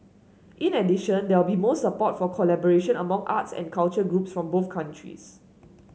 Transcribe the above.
in addition there will be more support for collaboration among arts and culture groups from both countries